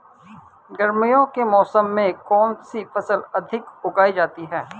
गर्मियों के मौसम में कौन सी फसल अधिक उगाई जाती है?